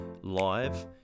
live